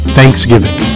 Thanksgiving